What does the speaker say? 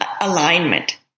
alignment